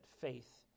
faith